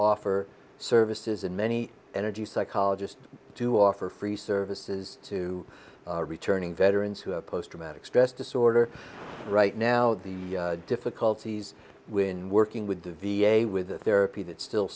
offer services and many energy psychologist to offer free services to returning veterans who have post traumatic stress disorder right now the difficulties when working with the v a with a therapy that still